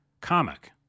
comic